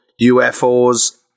UFOs